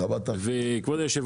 כבוד היושב